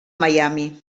miami